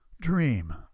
Dream